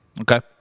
Okay